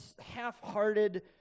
half-hearted